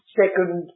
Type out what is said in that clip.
second